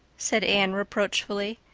said anne reproachfully.